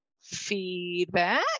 Feedback